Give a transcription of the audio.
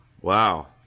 Wow